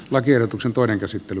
lakiehdotuksen toinen käsittely